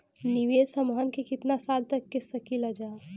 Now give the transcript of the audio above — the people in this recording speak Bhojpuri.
निवेश हमहन के कितना साल तक के सकीलाजा?